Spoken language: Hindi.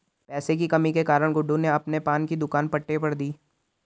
पैसे की कमी के कारण गुड्डू ने अपने पान की दुकान पट्टे पर दी